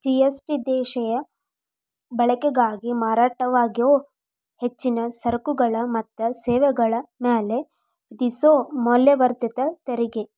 GST ದೇಶೇಯ ಬಳಕೆಗಾಗಿ ಮಾರಾಟವಾಗೊ ಹೆಚ್ಚಿನ ಸರಕುಗಳ ಮತ್ತ ಸೇವೆಗಳ ಮ್ಯಾಲೆ ವಿಧಿಸೊ ಮೌಲ್ಯವರ್ಧಿತ ತೆರಿಗಿ